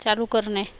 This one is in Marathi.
चालू करणे